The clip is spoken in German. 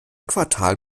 quartal